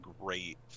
great